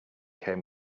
came